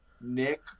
Nick